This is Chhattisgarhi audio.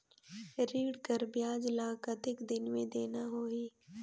ऋण कर ब्याज ला कतेक दिन मे देना होही?